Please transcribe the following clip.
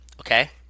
Okay